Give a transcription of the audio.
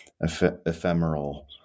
ephemeral